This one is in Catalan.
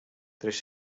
tres